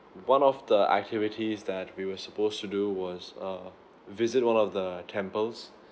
one of the activities that we were supposed to do was err visit one of the temples